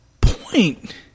point